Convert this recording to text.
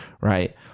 right